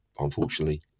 Unfortunately